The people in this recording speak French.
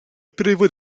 prévôt